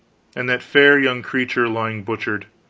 and that fair young creature lying butchered,